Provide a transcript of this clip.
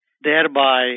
thereby